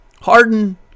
Harden